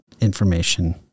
information